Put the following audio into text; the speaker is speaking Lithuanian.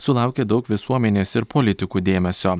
sulaukė daug visuomenės ir politikų dėmesio